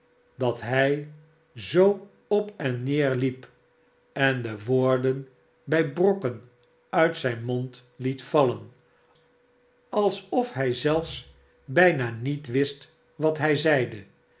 dat hij zoo op en neer liep en de woorden bij brokken uit zijn mond liei vallen alsof hij zelfs bijna niet wist wat hij zeide